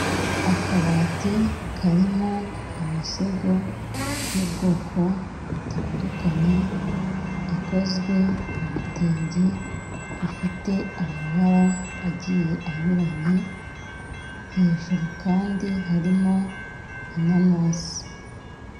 Akabati karimo imisego y'ubwoko butandukanye, ikozwe mu bitenge bifite amabara agiye anyuranye, hejuru kandi harimo inanasi.